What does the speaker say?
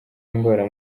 ndwara